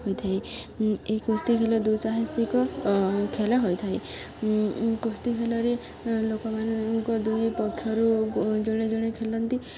ହୋଇଥାଏ ଏହି କୁସ୍ତି ଖେଳ ଦୁଃସାହସିକ ଖେଳ ହୋଇଥାଏ କୁସ୍ତି ଖେଳରେ ଲୋକମାନଙ୍କ ଦୁଇ ପକ୍ଷରୁ ଜଣେ ଜଣେ ଖେଳନ୍ତି